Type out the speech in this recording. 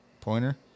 pointer